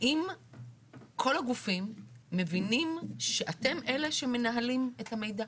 האם כל הגופים מבינים שאתם אלה שמנהלים את המידע,